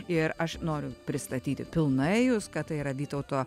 ir aš noriu pristatyti pilnai jus kad tai yra vytauto